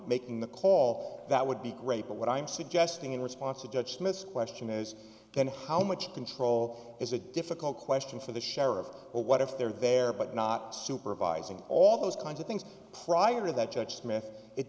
making the call that would be great but what i'm suggesting in response to judge smith's question is then how much control is a difficult question for the sheriff or what if they're there but not supervising all those kinds of things prior to that judge smith it